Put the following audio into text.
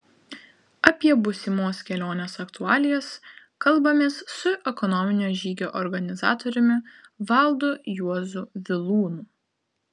apie būsimos kelionės aktualijas kalbamės su ekonominio žygio organizatoriumi valdu juozu vilūnu